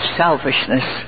selfishness